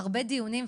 נערכו המון דיונים.